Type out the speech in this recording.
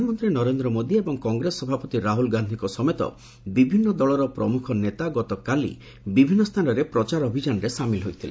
ପ୍ରଧାନମନ୍ତ୍ରୀ ନରେନ୍ଦ୍ର ମୋଦି ଏବଂ କଂଗ୍ରେସ ସଭାପତି ରାହୁଳ ଗାନ୍ଧୀଙ୍କ ସମେତ ବିଭିନ୍ନ ଦଳର ପ୍ରମୁଖ ନେତା ଗତକାଲି ବିଭିନ୍ନ ସ୍ଥାନରେ ପ୍ରଚାର ଅଭିଯାନରେ ସାମିଲ ହୋଇଥିଲେ